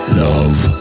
love